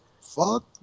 Fuck